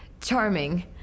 Charming